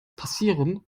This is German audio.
passieren